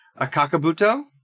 Akakabuto